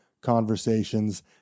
conversations